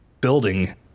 building